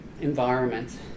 environment